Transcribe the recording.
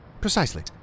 Precisely